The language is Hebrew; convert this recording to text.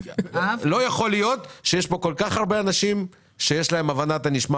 לא יכול להיות שיש פה כל כך הרבה אנשים שיש להם הבנת נשמע